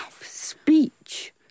speech